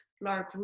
large